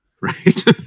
right